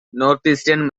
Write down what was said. northeastern